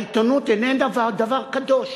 העיתונות איננה דבר קדוש.